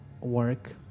work